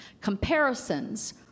Comparisons